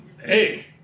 hey